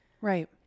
Right